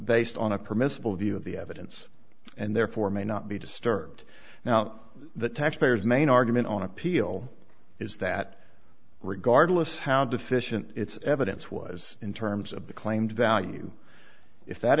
based on a permissible view of the evidence and therefore may not be disturbed now the taxpayers main argument on appeal is that regardless how deficient its evidence was in terms of the claimed value if that